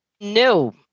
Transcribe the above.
No